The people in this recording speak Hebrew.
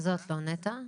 שומעת את עצמי בדילי.